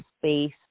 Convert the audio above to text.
space